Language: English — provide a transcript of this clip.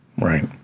Right